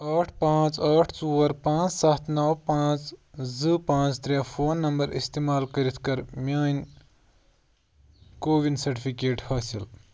ٲٹھ پانٛژھ ٲٹھ ژور پانٛژھ سَتھ نو پانٛژھ زٕ پانٛژھ ترٛےٚ فون نمبر استعمال کٔرِتھ کر میٲنۍ کووِن سرٹِفکیٹ حٲصِل